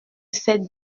ces